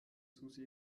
susi